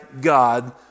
God